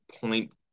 point